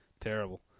terrible